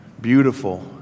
Beautiful